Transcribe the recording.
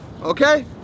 okay